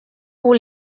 pour